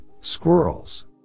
squirrels